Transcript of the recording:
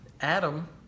Adam